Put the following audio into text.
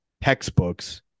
textbooks